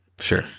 Sure